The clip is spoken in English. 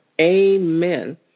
amen